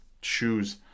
shoes